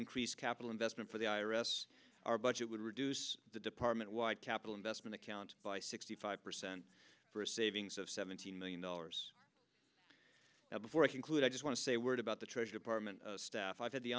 increase capital investment for the i r s our budget would reduce the department wide capital investment account by sixty five percent for a savings of seventeen million dollars now before i conclude i just want to say a word about the treasury department staff i've had the